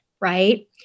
Right